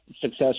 success